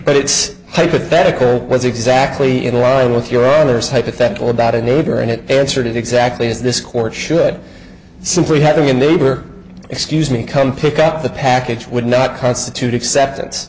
but it's hypothetical was exactly in line with your honor's hypothetical about a neighbor and it answered exactly as this court should simply having a neighbor excuse me come pick up the package would not constitute acceptance